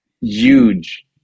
huge